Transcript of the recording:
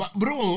bro